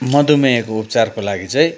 मधुमेहको उपचारको लागि चाहिँ